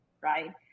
right